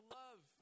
love